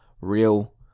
real